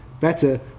better